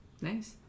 Nice